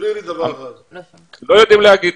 לא יודעים להגיד.